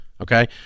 Okay